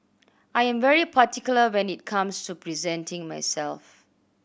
I am very particular when it comes to presenting myself